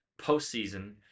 postseason